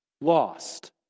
lost